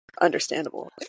understandable